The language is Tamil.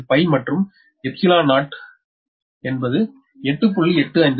எனவே இது 𝜋 மற்றும் 𝜖0 is 8